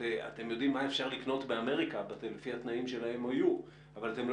אתם יודעים מה אפשר לקנות באמריקה לפי התנאים של ה-MOU אבל אתם לא